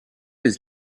his